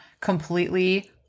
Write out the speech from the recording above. completely